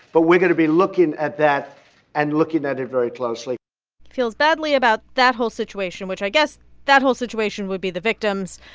but we're going to be looking at that and looking at it very closely feels badly about that whole situation, which i guess that whole situation would be the victims.